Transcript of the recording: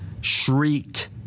shrieked